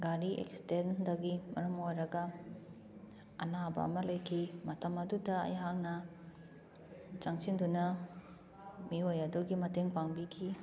ꯒꯥꯔꯤ ꯑꯦꯛꯁꯤꯗꯦꯟꯗꯒꯤ ꯃꯔꯝ ꯑꯣꯏꯔꯒ ꯑꯅꯥꯕ ꯑꯃ ꯂꯩꯈꯤ ꯃꯇꯝ ꯑꯗꯨꯗ ꯑꯩꯍꯥꯛꯅ ꯆꯪꯁꯤꯟꯗꯨꯅ ꯃꯤꯑꯣꯏ ꯑꯗꯨꯒꯤ ꯃꯇꯦꯡ ꯄꯥꯡꯕꯤꯈꯤ